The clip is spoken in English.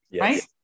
right